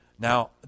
Now